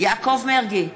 יעקב מרגי,